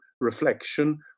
reflection